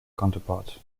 counterparts